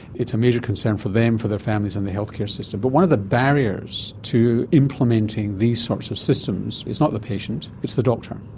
it's a major concern for them, for their families and the healthcare system. but one of the barriers to implementing these sorts of systems is not the patient, it's the doctor.